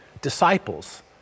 disciples